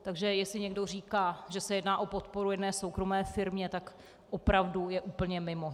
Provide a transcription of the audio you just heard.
Takže jestli někdo říká, že se jedná o podporu jedné soukromé firmě, tak je opravdu úplně mimo.